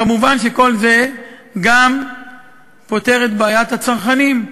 כמובן, כל זה גם פותר את בעיית הצרכנים.